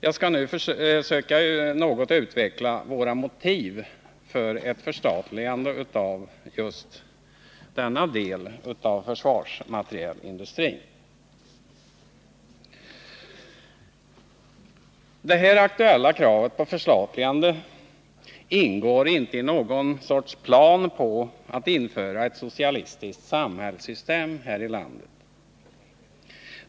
Jag skall nu söka något utveckla våra motiv för ett förstatligande av denna del av försvarsmaterielindustrin. Det här aktuella kravet på förstatligande ingår inte i någon sorts plan för att införa ett socialistiskt samhällssystem här i landet.